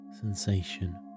sensation